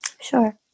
Sure